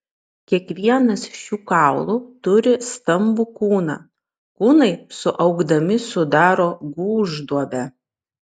kiekvienas šių kaulų turi stambų kūną kūnai suaugdami sudaro gūžduobę